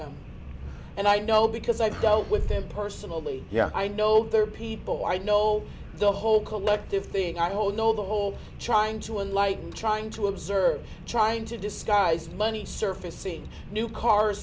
them and i know because i go with them personally yeah i know there are people i know the whole collective thing i hold no the whole trying to and like trying to observe trying to disguise money surfacing new cars